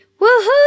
Woohoo